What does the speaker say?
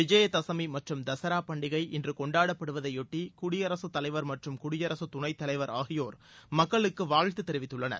விஜய தசமி மற்றும் தசரா பண்டிகை இன்று கொண்டாடப்படுவதை யொட்டி குடியரசு தலைவர் மற்றும் குடியரசு துணைத் தலைவர் ஆகியோர் மக்களுக்கு வாழ்த்து தெரிவித்துள்ளனர்